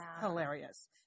hilarious